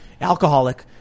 alcoholic